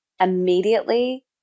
immediately